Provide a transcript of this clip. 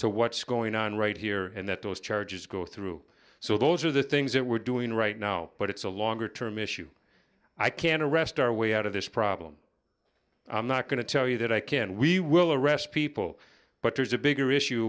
to what's going on right here and that those charges go through so those are the things that we're doing right now but it's a longer term issue i can't arrest our way out of this problem i'm not going to tell you that i can we will arrest people but there's a bigger issue